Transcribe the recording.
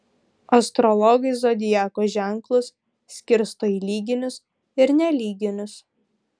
astrologai zodiako ženklus skirsto į lyginius ir nelyginius